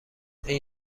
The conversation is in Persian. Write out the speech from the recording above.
این